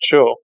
Sure